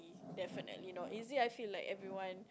definitely not easy I feel like everyone